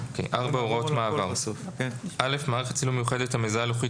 4.הוראות מעבר מערכת צילום מיוחדת המזהה לוחיות